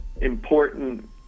important